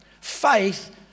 faith